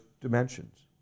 dimensions